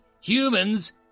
Humans